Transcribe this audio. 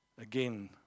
Again